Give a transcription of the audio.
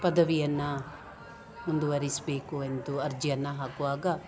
ಪದವಿಯನ್ನು ಮುಂದುವರಿಸಬೇಕು ಎಂದು ಅರ್ಜಿಯನ್ನು ಹಾಕುವಾಗ